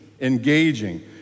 engaging